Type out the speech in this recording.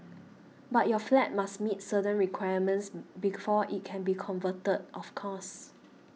but your flat must meet certain requirements before it can be converted of course